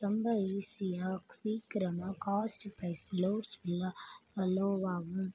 ரொம்ப ஈசியாக சீக்கிரமாக காஸ்ட்டு ப்ரைஸ் லோவாகவும்